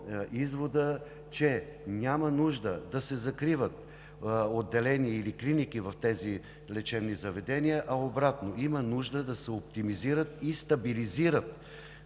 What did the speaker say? извода, че няма нужда да се закриват отделения или клиники в лечебните заведения, а обратно – има нужда да се оптимизират и стабилизират